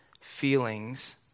feelings